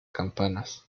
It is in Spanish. campanas